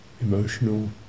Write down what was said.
emotional